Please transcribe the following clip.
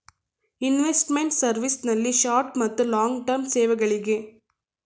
investment service ನಲ್ಲಿ short ಮತ್ತು long term ಸೇವೆಗಳಿಗೆ